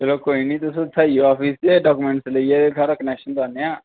चलो कोई निं तुस उत्थै आई जाओ आफिस च डाकूमैंट्स लेइयै ते थोआड़ा कनैक्शन लान्ने आं